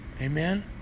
Amen